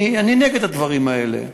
אני נגד הדברים האלה.